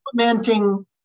implementing